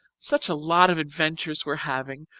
such a lot of adventures we're having!